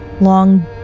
long